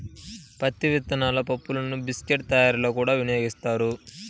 పత్తి విత్తనాల పప్పులను బిస్కెట్ల తయారీలో కూడా వినియోగిస్తారు